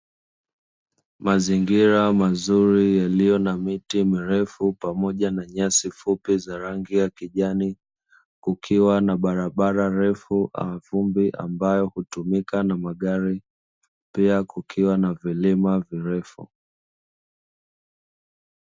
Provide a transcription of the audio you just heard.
Mazingira mazuri yaliyo na miti mirefu pamoja na nyasi fupi za rangi ya kijani, kukiwa na barabara refu ya vumbi ambayo hutumika na magari. Pia kukiwa na vilima virefu.